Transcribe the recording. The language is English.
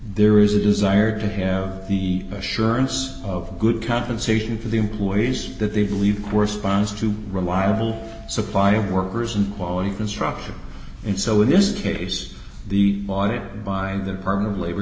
there is a desire to have the assurance of good compensation for the employees that they believe corresponds to reliable supply of workers and quality construction and so in this case the audit by the department of labor